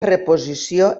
reposició